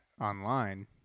online